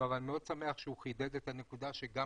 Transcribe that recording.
אני מאוד שמח שהוא חידד את הנקודה שגם